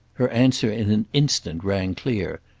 her answer in an instant rang clear.